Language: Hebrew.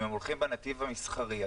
אם הם הולכים בנתיב המסחרי,